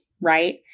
right